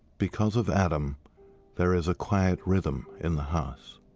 because of adam there is a quiet rhythm in the house.